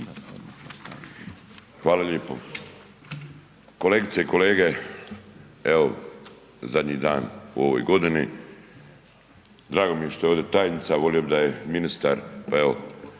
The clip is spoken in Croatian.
Hvala lijepo. Kolegice i kolege, evo zadnji dan u ovoj godini. Drago mi je što je ovdje tajnica, volio bi da je ministar